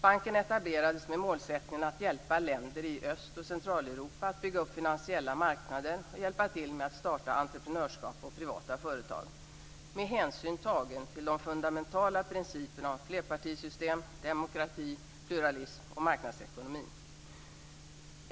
Banken etablerades med målsättningen att hjälpa länder i Öst och Centraleuropa att bygga upp finansiella marknader och hjälpa till med att starta entreprenörskap och privata företag, med hänsyn tagen till de fundamentala principerna om flerpartisystem, demokrati, pluralism och marknadsekonomi.